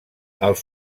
els